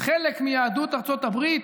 חלק מיהדות ארצות הברית,